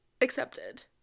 accepted